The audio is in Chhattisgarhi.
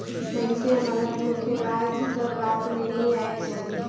मइनसे मन ल धोखेबाज कर बात में नी आएक चाही